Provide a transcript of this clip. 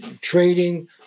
trading